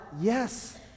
Yes